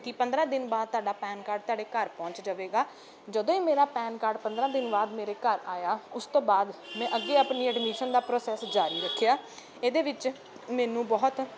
ਕਿ ਪੰਦਰਾਂ ਦਿਨ ਬਾਅਦ ਤੁਹਾਡਾ ਪੈਨ ਕਾਰਡ ਤੁਹਾਡੇ ਘਰ ਪਹੁੰਚ ਜਾਵੇਗਾ ਜਦੋਂ ਹੀ ਮੇਰਾ ਪੈਨ ਕਾਰਡ ਪੰਦਰਾਂ ਦਿਨ ਬਾਅਦ ਮੇਰੇ ਘਰ ਆਇਆ ਉਸ ਤੋਂ ਬਾਅਦ ਮੈਂ ਅੱਗੇ ਆਪਣੀ ਐਡਮਿਸ਼ਨ ਦਾ ਪ੍ਰੋਸੈਸ ਜਾਰੀ ਰੱਖਿਆ ਇਹਦੇ ਵਿੱਚ ਮੈਨੂੰ ਬਹੁਤ